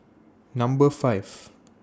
Number five